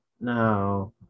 no